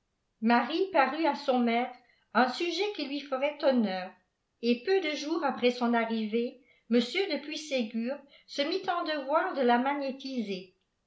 marie parut à son maître un sujet qui lui ferait honneur et peu de jours après son arrivée m de puységur se mit en devoir de la magnétiser